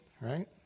right